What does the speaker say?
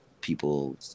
people